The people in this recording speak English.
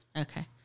Okay